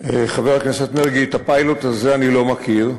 חבר הכנסת מרגי, את הפיילוט הזה אני לא מכיר,